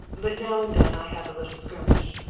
but now and then i have a little skirmish.